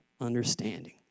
understanding